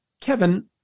Kevin